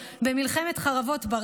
צריך לומר שמלב המטה המרכזי של אונר"א ברצועת